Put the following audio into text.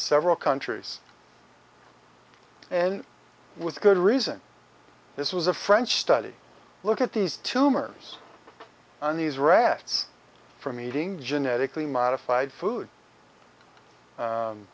several countries and with good reason this was a french study look at these tumors and these rats from eating genetically modified food